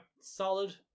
Solid